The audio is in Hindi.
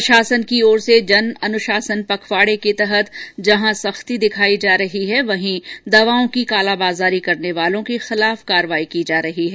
प्रशासन की ओर से जन अनुशासन पखवाडे के तहत जहां सख्ती दिखाई जा रही है वहीं दवाओं की कालाबाजारी करने वालों के खिलाफ कार्यवाही की जा रही है